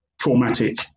traumatic